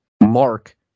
Mark